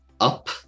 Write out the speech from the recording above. Up